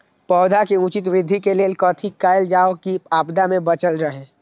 पौधा के उचित वृद्धि के लेल कथि कायल जाओ की आपदा में बचल रहे?